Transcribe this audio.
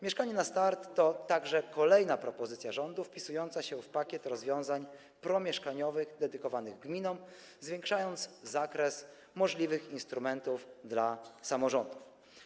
Mieszkanie na start” to także kolejna propozycja rządu wpisująca się w pakiet rozwiązań promieszkaniowych dedykowanych gminom, zwiększająca zakres możliwych instrumentów dla samorządów.